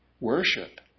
worship